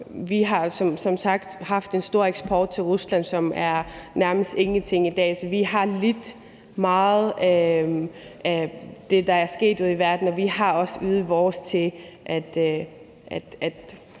som sagt haft en stor eksport til Rusland, som er nærmest ingenting i dag. Så vi har lidt meget på grund af det, der er sket ude i verden, og vi har også ydet vores til ikke